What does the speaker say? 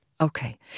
Okay